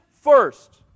first